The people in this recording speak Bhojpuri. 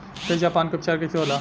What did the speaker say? तेजाब पान के उपचार कईसे होला?